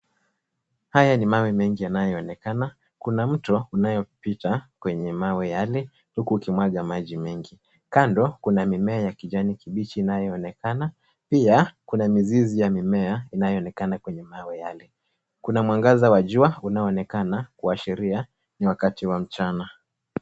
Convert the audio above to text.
Haya ni mawe mengi yanayoonekana . Kuna mto unaopita kwenye mawe yale huku ukimwaga maji mengi. Kando, kuna mimea ya kijani kibichi inayoonekana . Pia, kuna mizizi ya mimea inayoonekana kwenye mawe yale. Kuna mwangaza wa jua unaoonekana kuashiria ni wakati wa mchana.